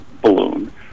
balloon